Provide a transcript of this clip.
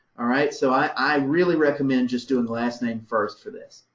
all right. so i really recommend just doing the last name first for this.